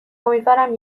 امیدوارم